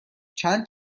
چند